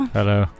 Hello